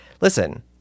listen